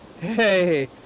Hey